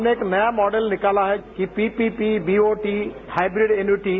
हमने एक नया मॉडल निकाला है कि पीपीपी बीओटी हाइब्रिड इनविटी